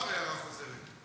מותר הערה חוזרת.